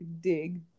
dig